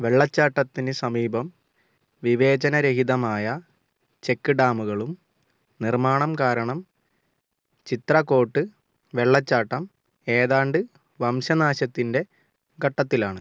വെള്ളച്ചാട്ടത്തിന് സമീപം വിവേചനരഹിതമായ ചെക്ക് ഡാമുകളും നിർമ്മാണം കാരണം ചിത്രകോട്ട് വെള്ളച്ചാട്ടം ഏതാണ്ട് വംശനാശത്തിൻ്റെ ഘട്ടത്തിലാണ്